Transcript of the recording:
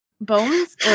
Bones